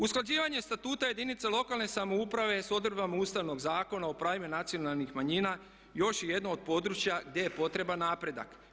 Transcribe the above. Usklađivanje Statuta jedinica lokalne samouprave sa odredbama Ustavnog zakona o pravima nacionalnih manjina još je jedno od područja gdje je potreban napredak.